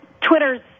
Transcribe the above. Twitter's